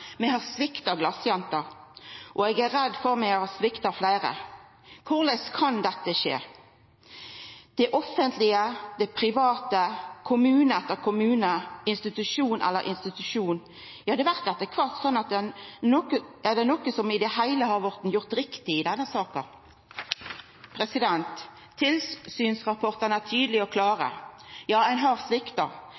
har svikta «glasjenta», og eg er redd for at vi har svikta fleire. Korleis kan dette skje? Det offentlege, det private, kommune etter kommune, institusjon etter institusjon – ja det blir etter kvart slik at ein lurer på om det er noko som i det heile har blitt gjort riktig i denne saka. Tilsynsrapportane er tydelege og klare.